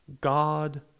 God